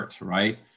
right